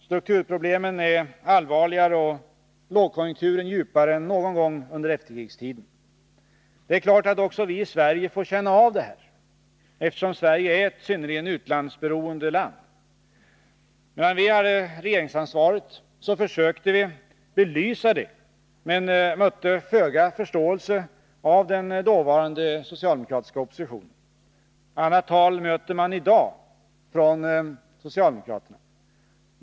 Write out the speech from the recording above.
Strukturproblemen är allvarligare och lågkonjunkturen djupare än någon gång under efterkrigstiden. Det är klart att också vi i Sverige får känna av detta, eftersom Sverige är ett synnerligen utlandsberoende land. Medan vi hade regeringsansvaret försökte vi belysa det, men mötte föga förståelse av den dåvarande socialdemokratiska oppositionen. Annat tal möter man i dag från socialdemokraterna.